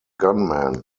gunmen